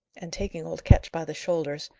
and, taking old ketch by the shoulders,